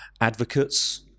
advocates